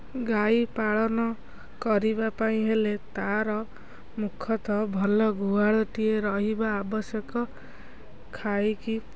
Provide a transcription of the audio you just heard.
ଗାଈ ପାଳନ କରିବା ପାଇଁ ହେଲେ ତା'ର ମୁଖ୍ୟତଃ ଭଲ ଗୁହାଳଟିଏ ରହିବା ଆବଶ୍ୟକ ଖାଇକି